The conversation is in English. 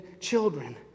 children